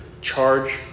charge